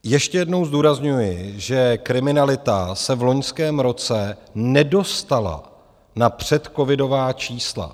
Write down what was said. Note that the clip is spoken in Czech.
Ještě jednou zdůrazňuji, že kriminalita se v loňském roce nedostala na předcovidová čísla.